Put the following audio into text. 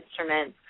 instruments